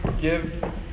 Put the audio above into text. give